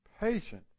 Patient